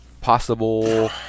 possible